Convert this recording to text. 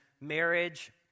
marriage